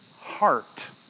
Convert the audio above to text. heart